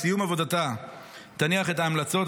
בסיום עבודתה תניח את ההמלצות,